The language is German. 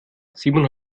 simon